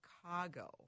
Chicago